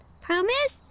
Promise